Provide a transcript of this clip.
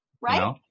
right